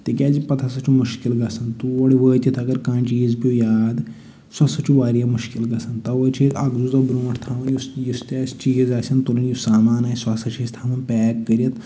تِکیازِ پَتہٕ ہسا چھُ مُشکِل گژھان توٗرۍ وٲتِتھ اگر کانٛہہ چیٖز پٮ۪وٚو یاد سُہ ہسا چھُ پَتہٕ واریاہ مُشکِل گژھان تَوَے چھِ أسۍ اکھ زٕ دۄہ برٛونٛٹھ تھاوان یُس یُس تہِ اَسہِ چیٖز آسن تُلٕنۍ یہِ سامان آسہِ سُہ ہسا چھِ أسۍ تھاوان پیک کٔرِتھ